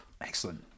Excellent